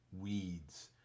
Weeds